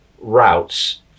routes